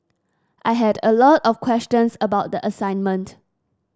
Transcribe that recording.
I had a lot of questions about the assignment